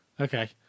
okay